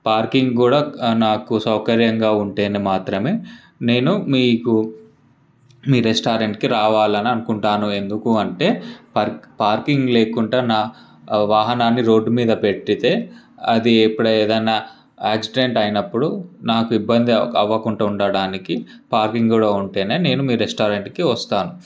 parking కూడా నాకు సౌకర్యంగా ఉంటేనే మాత్రమే నేను మీకు మీ రెస్టారెంట్కి రావాలి అని అనుకుంటాను ఎందుకు అంటే పార్క్ పార్కింగ్ లేకుండా వాహనాన్ని రోడ్ మీద పెడితే అది ఎప్పుడు ఏదన్న యాక్సిడెంట్ అయినప్పుడు నాకు ఇబ్బంది అవ్వకుండా ఉండడానికి పార్కింగ్ కూడా ఉంటేనే నేను మీ రెస్టారెంట్కి వస్తాను